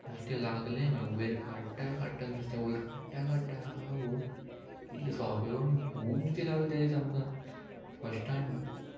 नुस्तें लागलें मागीर वयर काडटा काडटा नुस्तें वयर काडटा काडटा आवय कितलें सोंपें कोण खूब नुस्तें लागलें ते दीस आमकां फर्स्ट टायम